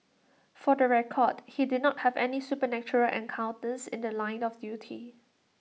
for the record he did not have any supernatural encounters in The Line of duty